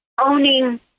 owning